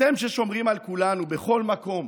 אתם, ששומרים על כולנו בכל מקום,